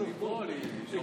לא